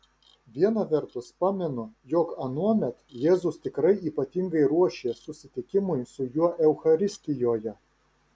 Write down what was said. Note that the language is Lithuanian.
viena vertus pamenu jog anuomet jėzus tikrai ypatingai ruošė susitikimui su juo eucharistijoje